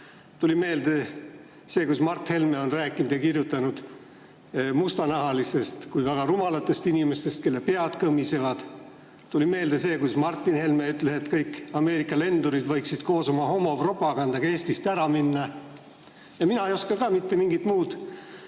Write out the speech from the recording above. Tuli meelde see, et Mart Helme on rääkinud ja kirjutanud mustanahalistest kui väga rumalatest inimestest, kelle pead kõmisevad. Tuli meelde see, kuidas Martin Helme ütles, et kõik Ameerika lendurid võiksid koos oma homopropagandaga Eestist ära minna. Ja mina ei oska ka mitte mingit muud